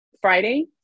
Friday